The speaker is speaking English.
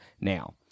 now